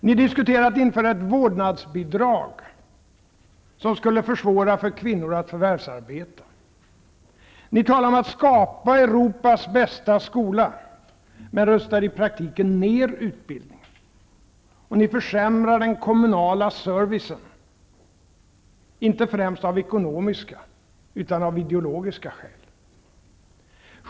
Ni diskuterar att införa ett vårdnadsbidrag, som skulle försvåra för kvinnor att förvärvsarbeta. Ni talar om att skapa Europas bästa skola, men rustar i praktiken ned utbildningen. Ni försämrar den kommunala servicen, inte främst av ekonomiska, utan av ideologiska skäl.